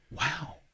Wow